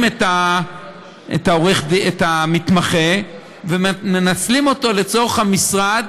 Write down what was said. את המתמחה ומנצלים אותו לצורך המשרד,